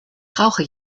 brauche